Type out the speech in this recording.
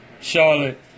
Charlotte